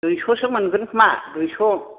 दुइस'सो मोनगोन खोमा दुइस'